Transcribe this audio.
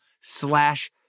slash